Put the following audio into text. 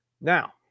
now